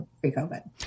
pre-COVID